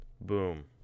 Boom